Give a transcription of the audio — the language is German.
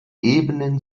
ebenen